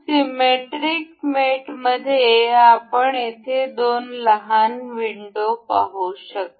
symmetric मेटमध्ये आपण येथे दोन लहान विंडो पाहू शकतो